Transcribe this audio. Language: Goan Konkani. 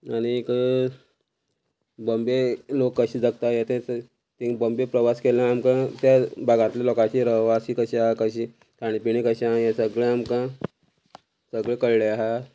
आनीक बॉम्बे लोक कशें जगता हे ते तिंग बॉम्बे प्रवास केल्ल्यान आमकां त्या भागांतल्या लोकांची रहवासी कशी आहा कशी खाणेपिणी कशें आहा हें सगळें आमकां सगळें कळ्ळे आहा